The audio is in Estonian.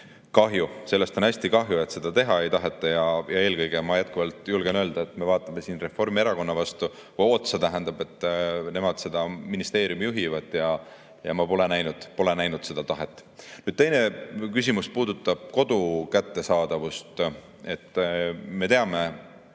Kahju, sellest on hästi kahju, et seda teha ei taheta. Eelkõige me jätkuvalt, julgen öelda, vaatame siin Reformierakonna otsa, tähendab, sest nemad seda ministeeriumi juhivad. Ma pole näinud seda tahet. Teine küsimus puudutab kodu kättesaadavust. Me teame, et